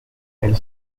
elle